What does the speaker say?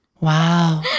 Wow